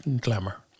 glamour